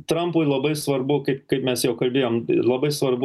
trampui labai svarbu kai kaip mes jau kalbėjom labai svarbu